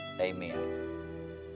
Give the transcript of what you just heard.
amen